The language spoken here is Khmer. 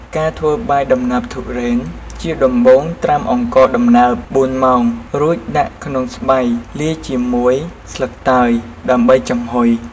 ការធ្វើបាយដំណើបទុរេន ជាដំបូងត្រាំអង្ករដំណើប៤ម៉ោងរួចដាក់ក្នុងស្បៃលាយជាមួយស្លឹកតើយដើម្បីចំហុយ។